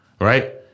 right